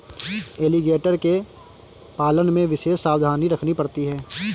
alligator के पालन में विशेष सावधानी रखनी पड़ती है